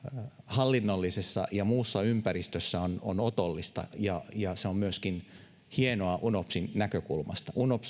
hallinnollisessa ja muussa ympäristössä on otollista ja ja se on myöskin hienoa unopsin näkökulmasta unops